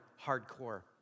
hardcore